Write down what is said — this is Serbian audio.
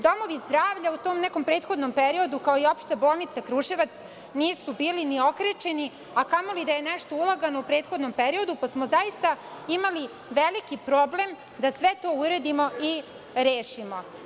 Domovi zdravlja u tom nekom periodu, kao i Opšta bolnica Kruševac nisu bili ni okrečeni, a kamo da li je nešto ulagano u prethodnom periodu, pa smo zaista imali veliki problem da sve uredimo i rešimo.